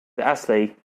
astley